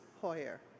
Hoyer